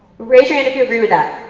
raise your hand if you agree with that.